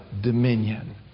dominion